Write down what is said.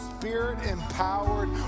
spirit-empowered